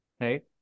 Right